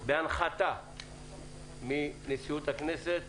בהנחתה של נשיאות הכנסת.